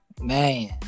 Man